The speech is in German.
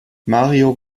mario